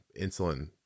insulin